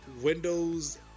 windows